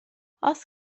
oes